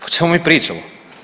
O čemu mi pričamo?